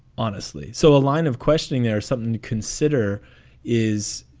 honestly. so a line of questioning there is something to consider is,